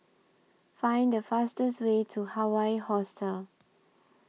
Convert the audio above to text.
Find The fastest Way to Hawaii Hostel